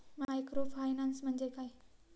Microfinance म्हणजे काय?